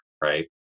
right